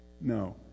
No